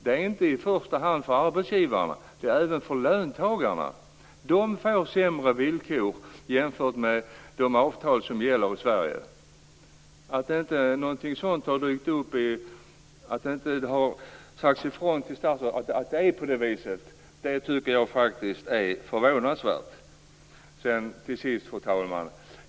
Det gäller inte i första hand för arbetsgivarna, utan också löntagarna. De får sämre villkor jämfört med de avtal som gäller i Sverige. Att det inte har sagts ifrån till statsrådet att det är på det viset tycker jag faktiskt är förvånansvärt. Till sist, fru talman!